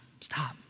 stop